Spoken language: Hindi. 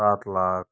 सात लाख